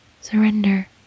Surrender